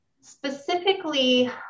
Specifically